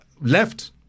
left